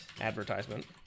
advertisement